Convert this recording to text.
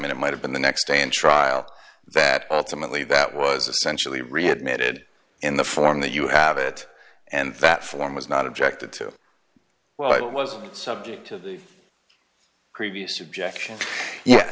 and it might have been the next day in trial that ultimately that was essentially readmitted in the form that you have it and that form was not objected to well it wasn't subject to the previous objection ye